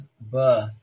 birth